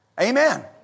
Amen